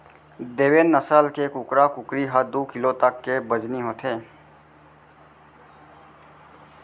देवेन्द नसल के कुकरा कुकरी ह दू किलो तक के बजनी होथे